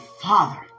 father